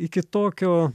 iki tokio